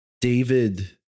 David